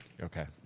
Okay